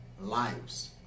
lives